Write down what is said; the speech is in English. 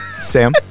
Sam